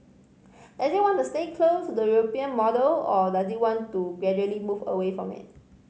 does it want to stay close to the European model or does it want to gradually move away from it